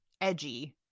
edgy